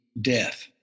death